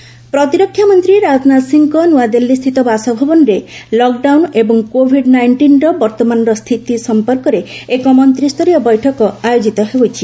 GoM meeting ପ୍ରତିରକ୍ଷାମନ୍ତ୍ରୀ ରାଜନାଥ ସିଂଙ୍କ ନୂଆଦିଲ୍ଲୀସ୍ଥିତ ବାସଭବନରେ ଲକ୍ଡାଉନ୍ ଏବଂ କୋଭିଡ୍ ନାଇଷ୍ଟିନ୍ର ବର୍ତ୍ତମାନର ସ୍ଥିତି ସଂପର୍କରେ ଏକ ମନ୍ତ୍ରୀଷ୍ଟରୀୟ ବୈଠକ ଆୟୋଜିତ ହେଉଛି